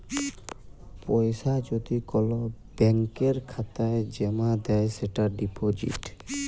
পয়সা যদি কল ব্যাংকের খাতায় জ্যমা দেয় সেটা ডিপজিট